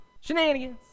Shenanigans